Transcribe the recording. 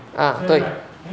啊对